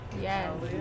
Yes